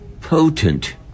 potent